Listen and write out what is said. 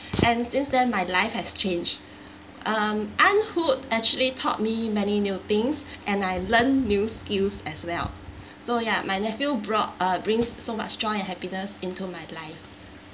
and since then my life has changed um aunthood actually taught me many new things and I learn new skills as well so ya my nephew brought uh brings so much joy and happiness into my life